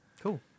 Cool